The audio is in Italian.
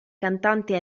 cantante